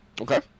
okay